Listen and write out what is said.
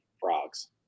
frogs